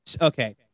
Okay